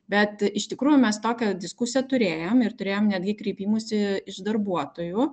bet iš tikrųjų mes tokią diskusiją turėjom ir turėjom netgi kreipimųsi iš darbuotojų